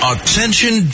Attention